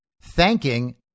thanking